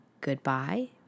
goodbye